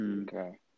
Okay